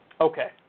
Okay